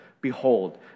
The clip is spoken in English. Behold